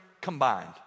combined